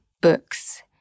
books